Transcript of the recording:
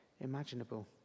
imaginable